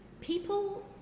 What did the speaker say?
people